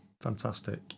fantastic